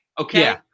Okay